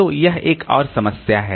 तो यह एक और समस्या है